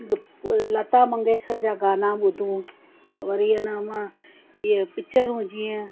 लता मंगेशकर जा गाना ॿुधूं वरी इन मा इए पिचरूं जीअं